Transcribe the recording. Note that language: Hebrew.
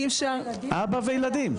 אי אפשר --- אבא וילדים.